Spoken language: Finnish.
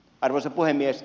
arvoisa puhemies